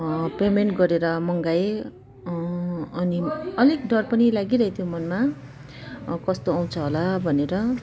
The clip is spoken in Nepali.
पेमेन्ट गरेर मगाएँ अनि अलिक डर पनि लागिरहेको थियो मनमा कस्तो आउँछ होला भनेर